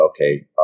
okay